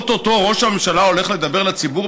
או-טו-טו ראש הממשלה הולך לדבר לציבור,